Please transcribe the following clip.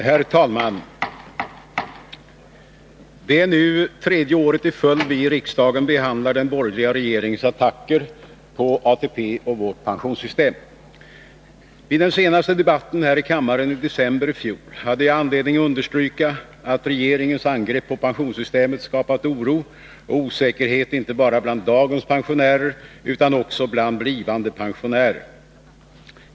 Herr talman! Det är nu tredje året i följd vi i riksdagen behandlar den borgerliga regeringens attacker på ATP och vårt pensionssystem. Vid den senaste debatten här i kammaren i december i fjol hade jag anledning understryka att regeringens angrepp på pensionssystemet skapat oro och osäkerhet inte bara bland dagens pensionärer utan också bland blivande pensionärer.